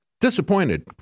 disappointed